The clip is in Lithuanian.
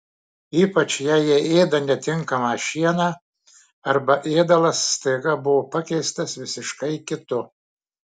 ypač jei jie ėda netinkamą šieną arba ėdalas staiga buvo pakeistas visiškai kitu